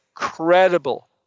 incredible